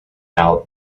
out